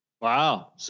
Wow